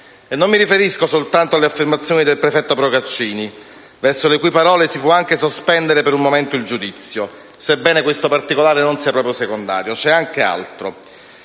non mi riferisco soltanto alle affermazioni del prefetto Procaccini, verso le cui parole si può anche sospendere per un momento il giudizio, sebbene questo particolare non sia proprio secondario. C'è anche altro.